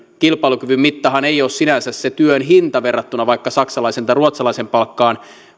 kilpailukyvyn mittahan ei ole sinänsä se työn hinta verrattuna vaikka saksalaisen tai ruotsalaisen palkkaan